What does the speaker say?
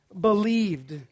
believed